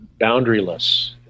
boundaryless